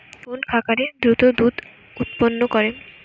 কোন খাকারে দ্রুত দুধ উৎপন্ন করে?